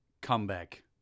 Comeback